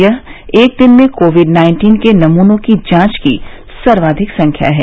यह एक दिन में कोविड नाइन्टीन के नमूनों की जांच की सर्वाधिक संख्या है